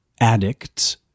addicts